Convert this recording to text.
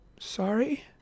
Sorry